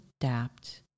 adapt